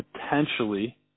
potentially